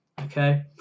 okay